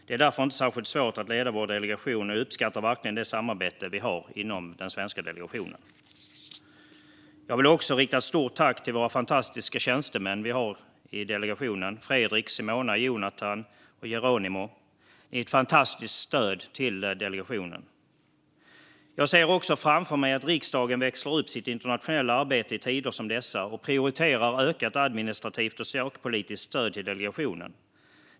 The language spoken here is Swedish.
Det är därför inte särskilt svårt att leda vår delegation, och jag uppskattar verkligen det samarbete vi har inom den svenska delegationen. Jag vill också rikta ett stort tack till våra fantastiska tjänstemän vi har i delegationen: Fredrik, Simona, Jonathan och Geronimo. Ni är ett fantastiskt stöd för delegationen. Jag ser framför mig att riksdagen växlar upp sitt internationella arbete i tider som dessa och prioriterar ökat administrativt och sakpolitiskt stöd till delegationen.